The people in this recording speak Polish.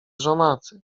żonaty